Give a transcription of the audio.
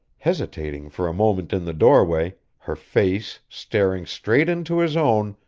hesitating for a moment in the doorway, her face staring straight into his own,